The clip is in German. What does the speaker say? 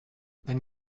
wenn